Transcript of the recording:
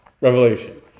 revelation